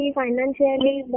financially